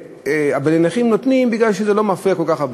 אבל לנכים נותנים מפני שזה לא מפריע כל כך.